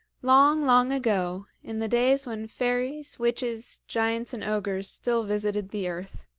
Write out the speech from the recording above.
long, long ago, in the days when fairies, witches, giants and ogres still visited the earth,